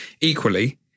Equally